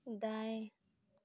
दाएँ